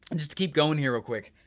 and just to keep going here, real quick.